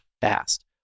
fast